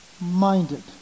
minded